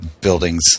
buildings